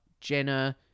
Jenna